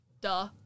Duh